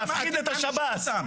לאיים, להפחיד את השב"ס.